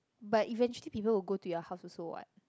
but eventually people will go to your house also what